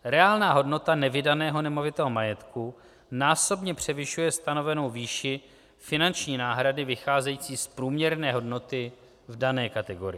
Reálná hodnota nevydaného nemovitého majetku násobně převyšuje stanovenou výši finanční náhrady vycházející z průměrné hodnoty v dané kategorii.